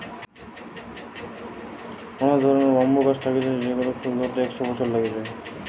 অনেক ধরণের ব্যাম্বু গাছ থাকতিছে যেগুলার ফুল ধরতে একশ বছর লাগে যায়